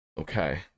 Okay